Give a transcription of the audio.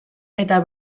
eta